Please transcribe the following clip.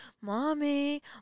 mommy